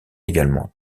également